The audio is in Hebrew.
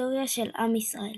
היסטוריה של עם ישראל